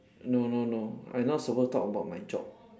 no no no I not supposed to talk about my job